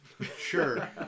sure